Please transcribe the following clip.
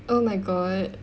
oh my god